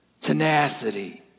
tenacity